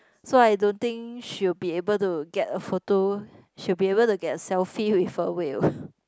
so I don't think she'll be able to get a photo she'll be able to get a selfie with a whale